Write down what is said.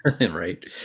Right